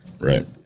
Right